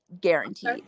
Guaranteed